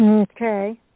Okay